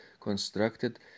constructed